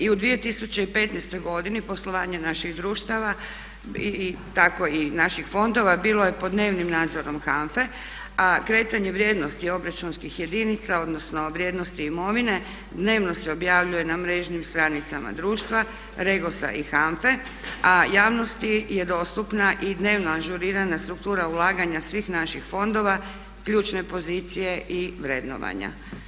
I u 2015. godini poslovanje naših društava tako i naših fondova bilo je pod dnevnim nadzorom HANFA-e, a kretanje vrijednosti obračunskih jedinica odnosno vrijednosti imovine dnevno se objavljuje na mrežnim stranicama društva REGOS-a i HANFA-e a javnosti je dostupna i dnevno ažurirana struktura ulaganja svih naših fondova, ključne pozicije i vrednovanja.